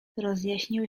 rozjaśniły